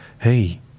hey